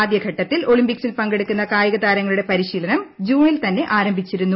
ആദ്യഘട്ടത്തിൽ ഒളിമ്പിക്സിൽ പങ്കെടുക്കുന്ന കായികതാരങ്ങളുടെ പരിശീലനം ജൂണ്ടിൽ ത്ന്നെ ആരംഭിച്ചിരുന്നു